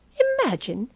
imagine,